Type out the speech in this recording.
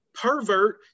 pervert